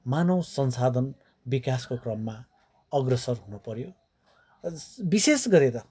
मानव संसाधन विकासको क्रममा अग्रसर हुनपऱ्यो जस विशेष गरेर